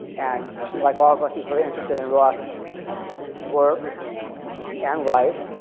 and like all of us, he's very interested in roth's work and life,